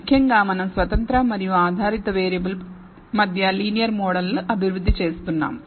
ముఖ్యంగా మనం స్వతంత్ర మరియు ఆధారిత వేరియబుల్ మధ్య లీనియర్ మోడల్ అభివృద్ధి చేస్తున్నాము